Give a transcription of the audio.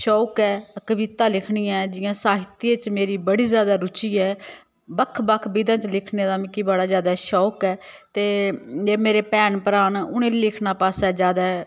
शौक ऐ कविता लिखनी ऐ जियां साहित्य च मेरी बड़ी ज्यादा रूचि ऐ बक्ख बक्ख विधा च लिखने दा मिकी बड़ा ज्यादा शौक ऐ ते मेरे भैन भ्राऽ न उ'नें लिखना पासै ज्यादै